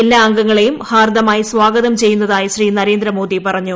എല്ലാ അംഗങ്ങളെയും ഹാർദ്ദമായി സ്വാഗതം ചെയ്യുന്നതായി ശ്രീ നരേന്ദ്രമോദി പറഞ്ഞു